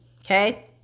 Okay